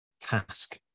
task